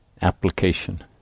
application